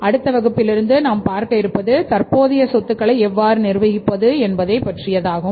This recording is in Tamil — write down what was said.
அடுத்த வகுப்பில் இருந்து நாம் பார்க்க இருப்பது தற்போதைய சொத்துக்களை எவ்வாறு நிர்வகிப்பது என்பதை பற்றியதாகும்